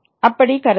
அப்படி கருதலாம்